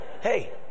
Hey